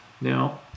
Now